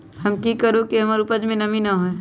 हम की करू की हमर उपज में नमी न होए?